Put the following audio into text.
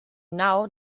now